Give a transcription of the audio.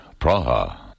Praha